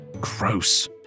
Gross